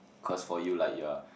cause for you lah you are